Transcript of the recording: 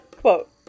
Quote